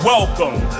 Welcome